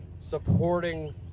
supporting